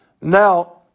Now